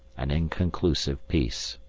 an inconclusive peace.